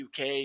UK